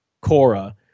Cora